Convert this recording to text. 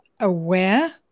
aware